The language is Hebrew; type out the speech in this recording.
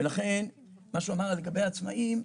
ולכן מה שהוא אמר לגבי עצמאים,